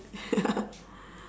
ya